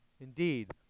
Indeed